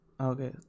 okay